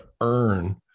earn